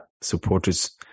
supporters